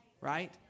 right